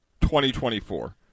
2024